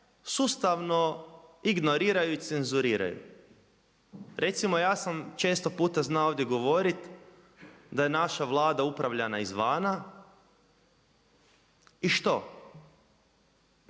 sustavno ignoriraju i cenzuriraju. Recimo ja sam često puta znao ovdje govoriti da je naša Vlada upravljana izvana, i što,